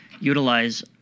utilize